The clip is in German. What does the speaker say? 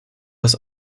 was